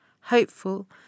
hopeful